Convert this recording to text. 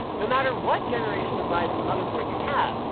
no matter what generation of ryzen motherboard you have,